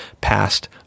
passed